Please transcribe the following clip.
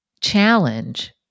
challenge